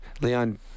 leon